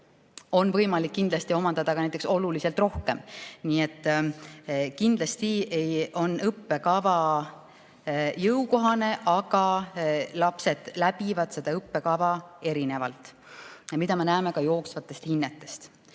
on võimalik omandada oluliselt rohkem. Nii et kindlasti on õppekava jõukohane, aga lapsed läbivad õppekava erinevalt. Seda me näeme ka jooksvatest hinnetest.